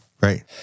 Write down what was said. right